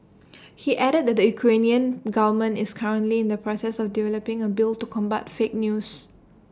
he added that Ukrainian government is currently in the process of developing A bill to combat fake news